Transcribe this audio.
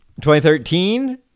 2013